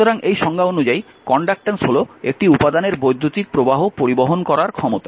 সুতরাং এই সংজ্ঞানুযায়ী কন্ডাক্ট্যান্স হল একটি উপাদানের বৈদ্যুতিক প্রবাহ পরিবহন করার ক্ষমতা